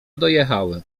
dojechały